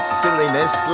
silliness